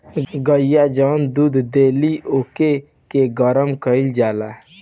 गइया जवन दूध देली ओकरे के गरम कईल जाला